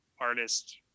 artist